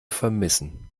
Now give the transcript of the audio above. vermissen